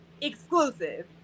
exclusive